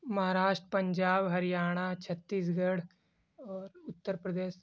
Maharashtra Punjab Haryana Chhattisgarh اور اتر پردیش